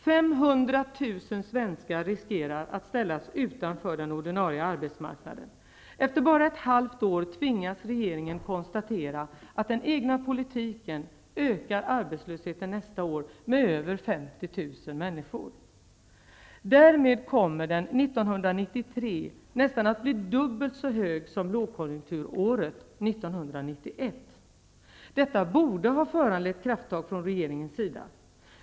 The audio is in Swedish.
500 000 svenskar riskerar att ställas utanför den ordinarie arbetsmarknaden. Efter bara ett halvt år tvingas regeringen konstatera att den egna politiken ökar arbetslösheten nästa år med över 50 000 människor. Därmed kommer arbetslösheten att bli nästan dubbelt så hög 1993 som lågkonjunkturåret 1991. Detta borde ha föranlett krafttag från regeringens sida.